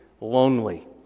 lonely